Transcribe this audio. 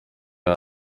you